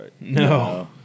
No